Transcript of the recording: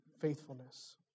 faithfulness